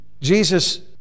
Jesus